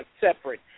separate